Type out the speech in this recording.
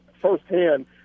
firsthand –